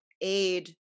aid